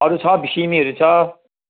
अरू छ सिमीहरू छ